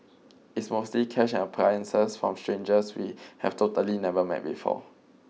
it's mostly cash and appliances from strangers we have totally never met before